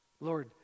Lord